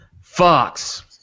Fox